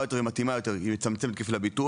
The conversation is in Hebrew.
יותר ומתאימה יותר ומצמצמת את כפל הביטוח,